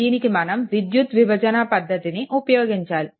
దీనికి మనం విద్యుత్ విభజన పద్ధతిని ఉపయోగించాలి